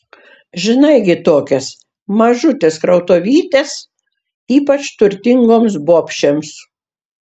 žinai gi tokias mažutės krautuvytės ypač turtingoms bobšėms